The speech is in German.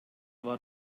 war